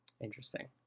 Interesting